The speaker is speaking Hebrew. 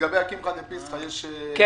ולגבי הקמחא דפסחא יש חדש?